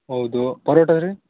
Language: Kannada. ಹೌದು ಪರೋಟ ರೀ